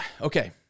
okay